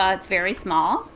um it's very small.